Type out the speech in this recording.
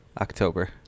October